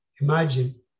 Imagine